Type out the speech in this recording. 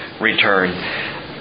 return